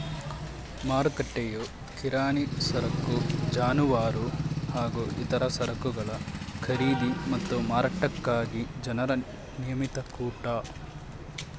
ಮಾರುಕಟ್ಟೆಯು ಕಿರಾಣಿ ಸರಕು ಜಾನುವಾರು ಹಾಗೂ ಇತರ ಸರಕುಗಳ ಖರೀದಿ ಮತ್ತು ಮಾರಾಟಕ್ಕಾಗಿ ಜನರ ನಿಯಮಿತ ಕೂಟ